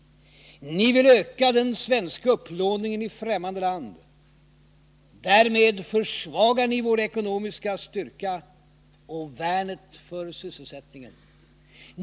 Ni vill öka den svenska upplåningen i främmande land, därmed försvagar ni vår ekonomiska styrka och värnet för sysselsättningen.